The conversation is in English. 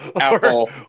Apple